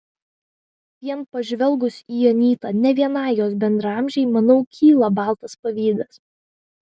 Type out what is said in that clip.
vien pažvelgus į anytą ne vienai jos bendraamžei manau kyla baltas pavydas